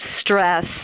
stress